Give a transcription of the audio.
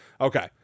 Okay